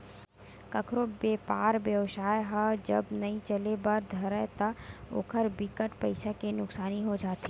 कखरो बेपार बेवसाय ह जब नइ चले बर धरय ता ओखर बिकट पइसा के नुकसानी हो जाथे